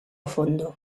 fondo